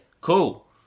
cool